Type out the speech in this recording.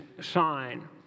sign